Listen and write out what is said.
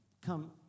come